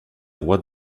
rois